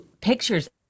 pictures